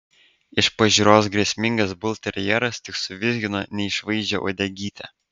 iš pažiūros grėsmingas bulterjeras tik suvizgino neišvaizdžią uodegytę